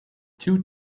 two